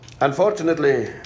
Unfortunately